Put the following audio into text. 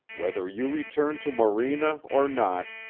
whether you return to morena or not,